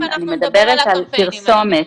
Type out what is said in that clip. תיכף אנחנו נדבר על הקמפיינים האלה.